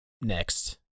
next